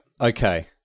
Okay